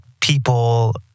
people